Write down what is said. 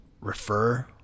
refer